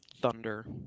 thunder